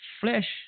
flesh